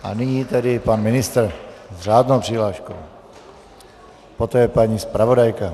A nyní tedy pan ministr s řádnou přihláškou, poté paní zpravodajka.